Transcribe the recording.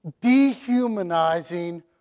dehumanizing